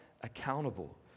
accountable